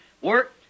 work